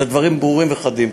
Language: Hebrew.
אלה דברים ברורים וחדים.